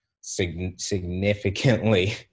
significantly